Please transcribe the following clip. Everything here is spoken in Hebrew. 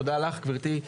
תודה לך גברתי,